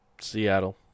Seattle